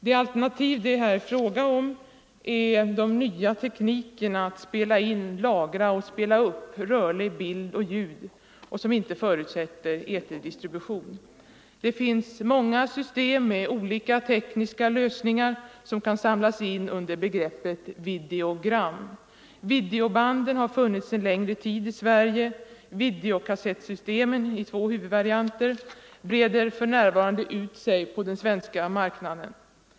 De alternativ som det här gäller har skapats med de nya teknikerna att spela in, lagra och spela upp rörlig bild och ljud och förutsätter inte eterdistribution. Det finns många system med olika tekniska lösningar som kan samlas in under begreppet videogram. Videobanden har funnits en längre tid i Sverige. Videokassettsystemen, i två huvudvarianter, breder för närvarande ut sig på den svenska marknaden.